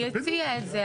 היא הציעה את זה.